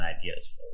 ideas